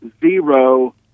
Zero